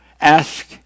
ask